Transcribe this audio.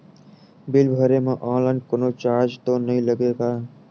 Bill भरे मा online कोनो चार्ज तो नई लागे ना?